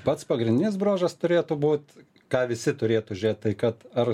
pats pagrindinis bruožas turėtų būt ką visi turėtų žiūrėt tai kad ar